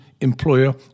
employer